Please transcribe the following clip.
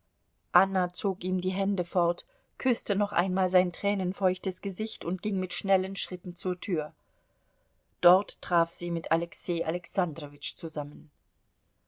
anna zog ihm die hände fort küßte noch einmal sein tränenfeuchtes gesicht und ging mit schnellen schritten zur tür dort traf sie mit alexei alexandrowitsch zusammen